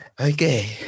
Okay